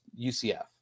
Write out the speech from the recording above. UCF